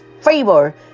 favor